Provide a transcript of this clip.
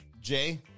Jay